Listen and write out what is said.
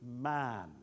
man